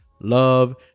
love